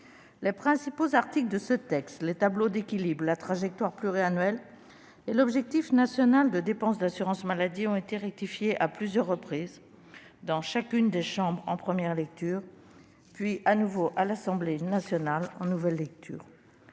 Les principaux articles de ce texte, les tableaux d'équilibre, la trajectoire pluriannuelle et l'objectif national de dépenses d'assurance maladie ont été rectifiés à plusieurs reprises, dans chacune des chambres en première lecture, puis de nouveau à l'Assemblée nationale en nouvelle lecture.